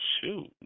shoot